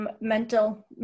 mental